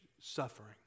suffering